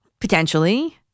Potentially